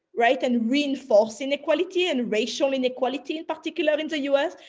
right? and reinforce inequality and racial inequality in particular in the us.